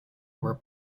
were